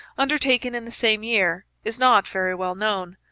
undertaken in the same year, is not very well known.